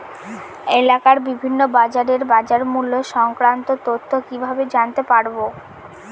এলাকার বিভিন্ন বাজারের বাজারমূল্য সংক্রান্ত তথ্য কিভাবে জানতে পারব?